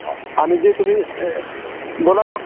आणि जे तुम्ही बोला ना